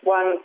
One